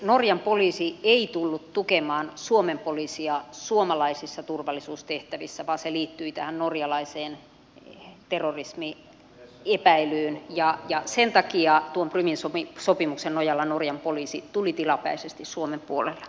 norjan poliisi ei tullut tukemaan suomen poliisia suomalaisissa turvallisuustehtävissä vaan se liittyi tähän norjalaiseen terrorismiepäilyyn ja sen takia tuon prumin sopimuksen nojalla norjan poliisi tuli tilapäisesti suomen puolelle